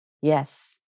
yes